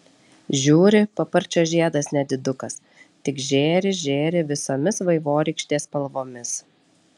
žiūri paparčio žiedas nedidukas tik žėri žėri visomis vaivorykštės spalvomis